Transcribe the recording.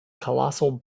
colossal